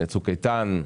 צוק איתן,